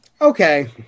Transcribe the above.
Okay